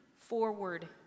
forward